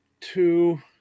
two